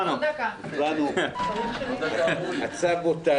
גם בקליפורניה, לדעתי גם בוונצואלה אם אני לא